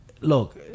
look